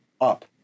up